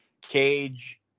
Cage